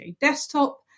Desktop